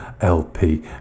lp